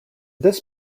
this